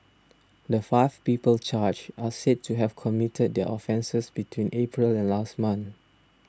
the five people charged are said to have committed their offences between April and last month